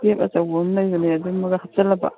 tap ꯑꯆꯧꯕ ꯑꯃ ꯂꯩꯕꯅꯦ ꯑꯗꯨꯃꯒ ꯍꯥꯞꯆꯤꯜꯂꯕ